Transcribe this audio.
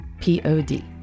p-o-d